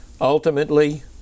Ultimately